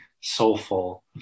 soulful